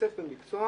ההיצף במקצוע,